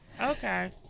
okay